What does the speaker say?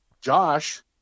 Josh